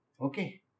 Okay